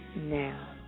now